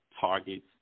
targets